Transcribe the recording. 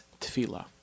Tefillah